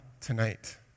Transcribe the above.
tonight